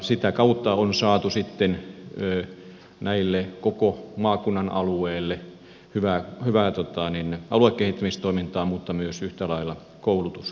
sitä kautta on saatu koko tämän maakunnan alueelle hyvää aluekehittämistoimintaa mutta myös yhtä lailla koulutustoimintaa